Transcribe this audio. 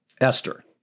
Esther